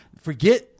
Forget